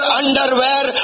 underwear